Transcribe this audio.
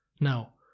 Now